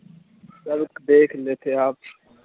سر دیکھ لیتے آپ